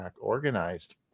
organized